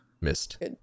missed